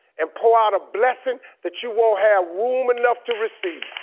and pour out a blessing that you won't have room enough to receive.